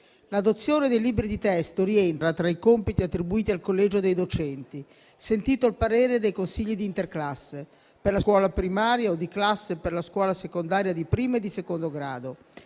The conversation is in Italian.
L'adozione dei libri di testo rientra tra i compiti attribuiti al collegio dei docenti, sentito il parere dei consigli di interclasse per la scuola primaria o di classe per la scuola secondaria di primo e di secondo grado,